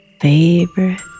favorite